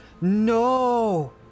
No